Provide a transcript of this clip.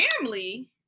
family